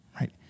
right